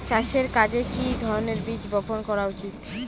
চাষের কাজে কি ধরনের বীজ বপন করা উচিৎ?